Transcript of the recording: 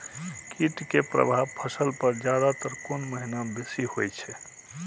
कीट के प्रभाव फसल पर ज्यादा तर कोन महीना बेसी होई छै?